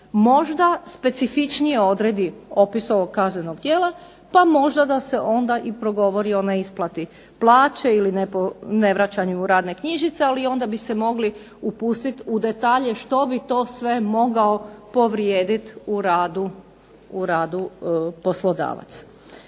možda specifičnije odredi opis ovog kaznenog djela, pa možda da se onda i progovori o neisplati plaće ili ne vraćanju radne knjižice. Ali i onda bi se mogli upustiti u detalje što bi to sve mogao povrijediti u radu poslodavac.